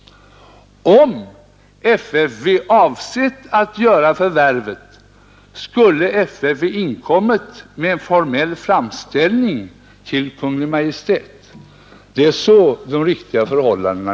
Om FFV avsett att göra förvärvet skulle FFV ha inkommit med en formell framställning till Kungl. Maj:t. Det är de riktiga förhållandena.